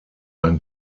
ein